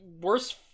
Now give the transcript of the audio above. worse